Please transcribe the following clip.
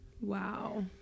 Wow